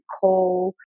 call